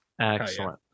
Excellent